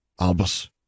Albus